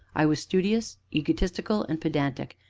i was studious, egotistical, and pedantic,